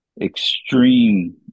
extreme